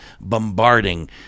bombarding